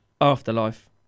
Afterlife